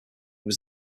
was